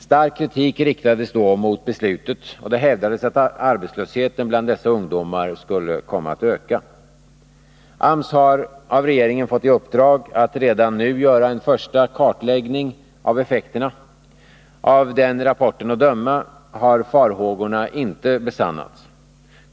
Stark kritik riktades då mot beslutet, och det hävdades att arbetslösheten bland dessa ungdomar skulle komma att öka. AMS har av regeringen fått i uppdrag att redan nu göra en första kartläggning av effekterna. Av AMS rapport att döma har farhågorna inte besannats.